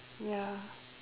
ya